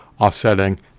offsetting